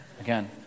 Again